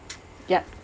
yup